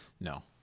No